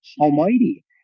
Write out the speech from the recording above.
Almighty